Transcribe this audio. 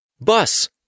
Bus